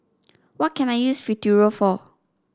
what can I use Futuro for